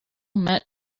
met